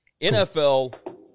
NFL